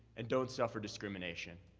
and don't suffer discrimination.